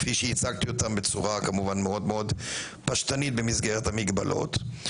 כפי שהצגתי אותם בצורה כמובן מאוד מאוד פשטנית במסגרת המגבלות,